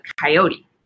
Coyote